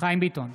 חיים ביטון,